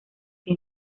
que